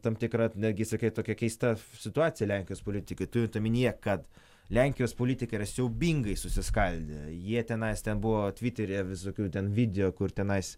tam tikra negi sakai tokia keista situacija lenkijos politikoj turint omenyje kad lenkijos politikai yra siaubingai susiskaldę jie tenais ten buvo tviteryje visokių ten video kur tenais